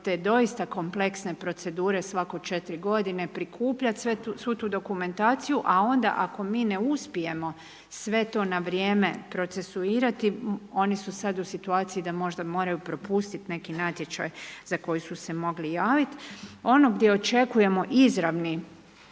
te doista komplekse procedure svake 4 g., prikupljati svu tu dokumentaciju, a onda ako mi ne uspijemo sve to na vrijeme procesuirati, oni su sada u situaciji da možda moraju propustiti neki natječaj za koji su se mogli javiti. Ono gdje očekujemo izravni